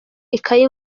ikayi